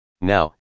Now